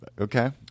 Okay